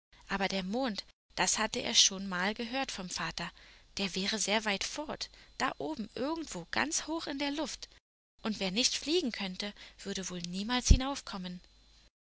aber der mond das hatte er schon mal gehört vom vater der wäre sehr weit fort da oben irgendwo ganz hoch in der luft und wer nicht fliegen könnte würde wohl niemals